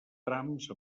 trams